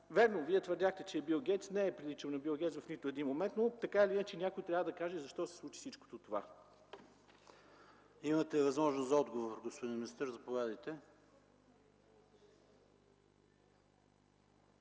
Вярно, Вие твърдяхте, че е Бил Гейтс. Не е приличал на Бил Гейтс в нито един момент, но така или иначе някой трябва да каже защо се случи всичкото това? ПРЕДСЕДАТЕЛ ПАВЕЛ ШОПОВ: Имате възможност за отговор, господин министър, заповядайте.